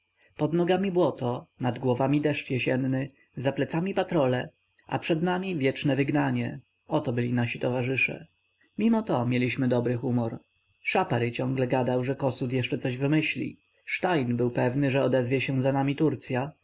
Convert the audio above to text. pod nogami błoto nad głowami deszcz jesienny za plecami patrole a przed nami wieczne wygnanie oto byli nasi towarzysze mimo to mieliśmy dobry humor szapary ciągle gadał że kossuth jeszcze coś wymyśli stein był pewny że odezwie się za nami turcya